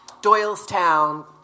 Doylestown